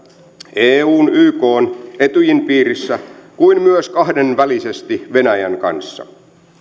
eun ykn ja etyjin piirissä kuin myös kahdenvälisesti venäjän kanssa